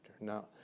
now